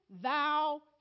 thou